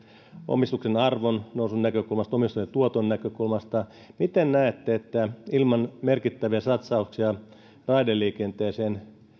omistuksen arvonnousun näkökulmasta omistajan tuoton näkökulmasta miten näette että ilman merkittäviä satsauksia raideliikenteeseen